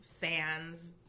fans